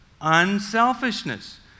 unselfishness